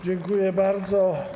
Dziękuję bardzo.